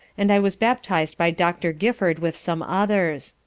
and i was baptized by doctor gifford with some others.